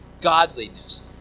godliness